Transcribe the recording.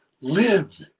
live